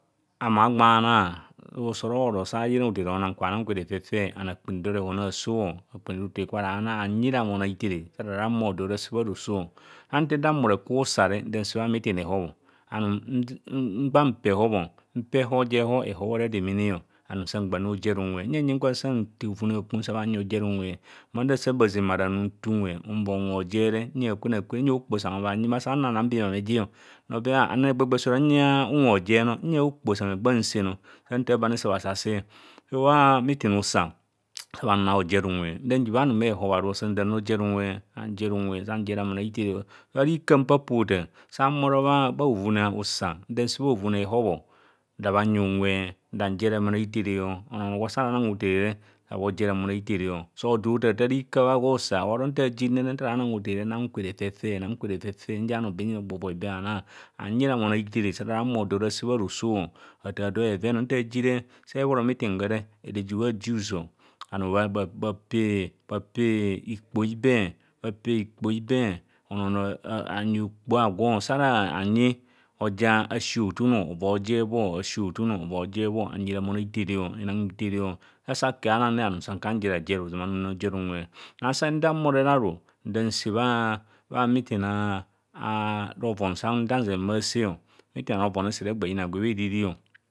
Amanwaana, sosooru oro saa ayina hothere aona gwanang kwe refefe. Nyindo ramon a- thethere ja ara rahumo do rase bharoso. Antha dambhoro kwa usa re nda nse bha meeting ehob. Mgba mpa ehob, mpa ehob je ehor e hobhara redemene. Anum sa mgba nra ojer unme. Huyanga huyan kwa nsa nte ovunne akum sa bhanyi ojer unwe. Bha nta asa bhazena bharo anum nte unwe, unuoi unwe hojer re, huyang a kwen a kwen, huyang okpoho sa habhnyi, ma sang hana nanang be imame jeo nno be ano sang huyang okkho sa agba anse no sa nthaa be ani, sa bhakubho bhasa se so bhaa meeting usa adabha nnangojer unwe. Nda nji bha- anume ehob aru sa nza nra ojer unwe. Sa nje unwe, sanjerr ramon a hithene. Ara ika mpoapo hothaa san bhoro bhahovvne usa, nda nse bhahovune ehob o, ada bhanyi unwe nda njer ramon a hithere, onwo oho- ono gwa oso ara onang hothere, sa bho jer ramon a hithero, sa nza bothaarathaa ara ika bhausa bhoro ntan aji nre, sa ara anang hothere gwa anan kwe refe fe nang kwe ref- fe nzia bhanoo benfene an nyi do ramon a hithere jaa rahume do rase bharoso. Se ebhoro meeting gwere ede ejibha dues, bhanoo bhapay, bhapay ikpoho ibe, bhakpe ikpoho ibe. Onoo oho- onoo onyi akpoho aaywo, sa ara hanyi oja asi hothuro ova oojer bho, asi hothum no ova oojer bho anyi ramon a hithere, asa nnda mbhoro re aru, nda sebha meeting aroron sa mgba nzen bhaase ozama ado se horeghe eyina gwe bha eriri.